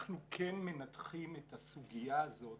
אנחנו כן מנתחים את הסוגיה הזאת